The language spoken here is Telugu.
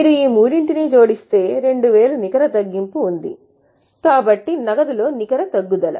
మీరు ఈ ఈ మూడింటిని జోడిస్తే 2000 నికర తగ్గింపు ఉంది కాబట్టి నగదులో నికర తగ్గుదల